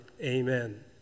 Amen